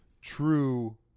true